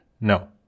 No